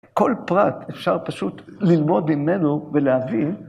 כל פרט, אפשר פשוט, ללמוד ממנו ולהבין.